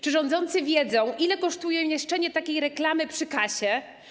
Czy rządzący wiedzą, ile kosztuje umieszczenie takiej reklamy przy kasie?